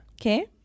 okay